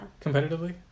Competitively